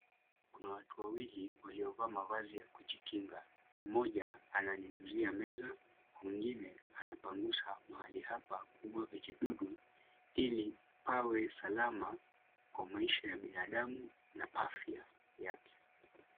Kuna watu wawili waliovaa mavazi ya kujikinga. Mmoja ananyunyuzia meza, mwingine anapanguza mahali hapa kuua vijidudu ili pawe salama kwa maisha ya binadamu na afya yake.